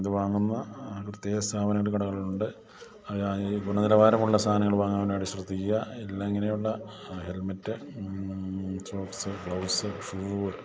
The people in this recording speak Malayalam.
ഇതു വാങ്ങുന്ന പ്രത്യേക സ്ഥപനങ്ങളുടെ കടകളുണ്ട് ഗുണനിലവാരമുള്ള സാധനങ്ങൾ വാങ്ങാനായിട്ട് ശ്രദ്ധിക്കുക എല്ലാ ഇങ്ങനെയുള്ള ഹെൽമറ്റ് ഷോട്സ് ഗ്ലൗസ് ഷൂ